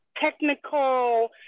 technical